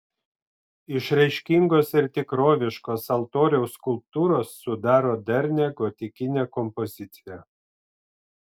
išraiškingos ir tikroviškos altoriaus skulptūros sudaro darnią gotikinę kompoziciją